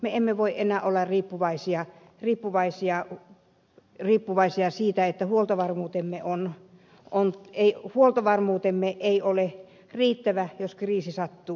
me emme voi enää olla riippuvaisia siitä että huoltovarmuutemme ei ole riittävä jos kriisi sattuu